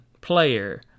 player